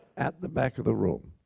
at the back of the room.